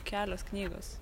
kelios knygos